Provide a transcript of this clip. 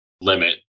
limit